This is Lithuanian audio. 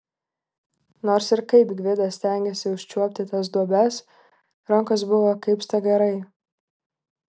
nors ir kaip gvidas stengėsi užčiuopti tas duobes rankos buvo kaip stagarai